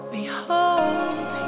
Behold